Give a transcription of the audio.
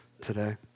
today